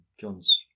John's